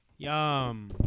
Yum